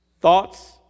Thoughts